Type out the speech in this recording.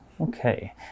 Okay